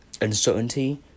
uncertainty